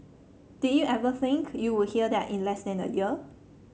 did you ever think you would hear that in less than a year